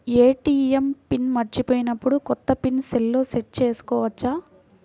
ATM pin మరచిపోయినప్పుడు, కొత్త pin సెల్లో సెట్ చేసుకోవచ్చా?